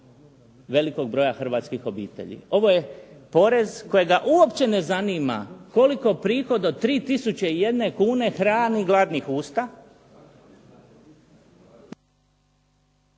velikog broja hrvatskih obitelji. Ovo je porez kojega uopće ne zanima koliko prihod od 3001 kune hrani gladnih usta